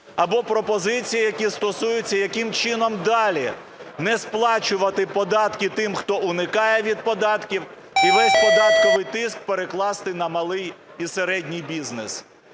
або пропозиції, які стосуються, яким чином далі не сплачувати податки тим, хто уникає від податків, і весь податковий тиск перекласти на малий і середній бізнес.